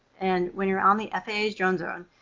and when you're on the faa's drone zone,